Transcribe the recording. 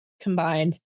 combined